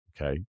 Okay